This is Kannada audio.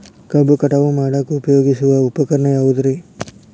ಕಬ್ಬು ಕಟಾವು ಮಾಡಾಕ ಉಪಯೋಗಿಸುವ ಉಪಕರಣ ಯಾವುದರೇ?